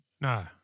No